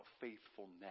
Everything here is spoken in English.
faithfulness